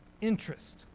interest